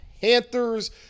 panthers